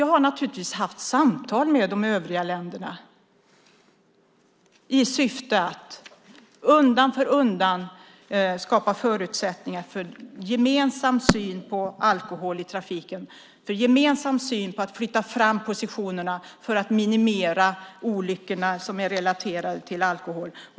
Jag har naturligtvis haft samtal med de övriga länderna i syfte att undan för undan skapa förutsättningar för en gemensam syn på alkohol i trafiken och för en gemensam syn på att flytta fram positionerna för att minimera olyckorna som är relaterade till alkohol.